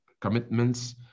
commitments